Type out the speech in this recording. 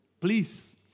Please